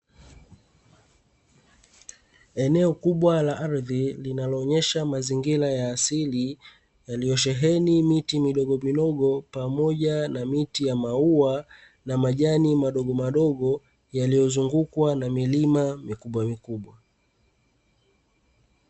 Eneo kubwa la ardhi linaloonyesha mazingira ya asili yaliyosheheni miti midogomidogo pamoja na miti ya maua, na majani madogomadogo yaliyozungukwa na milima mikubwamikubwa.